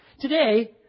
Today